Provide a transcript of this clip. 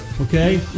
okay